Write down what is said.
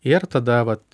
ir tada vat ir